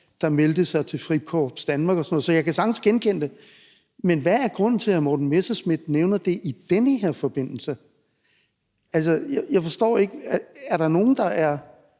der meldte sig til Frikorps Danmark og sådan noget. Så det kan jeg sagtens genkende. Men hvad er grunden til, at hr. Morten Messerschmidt nævner det i den her forbindelse? Altså, jeg forstår det ikke. Er der nogen, der er